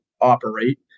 operate